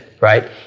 right